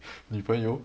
女朋友